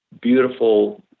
beautiful